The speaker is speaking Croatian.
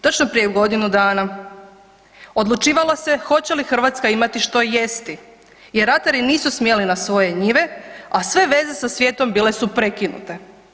Točno prije godinu dana odlučivalo se je hoće li Hrvatska imati što jesti jer ratari nisu smjeli na svoje njive, a sve veze sa svijetom bile su prekinute.